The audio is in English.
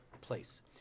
place